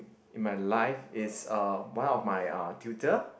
in my life is uh one of my uh tutor